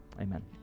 amen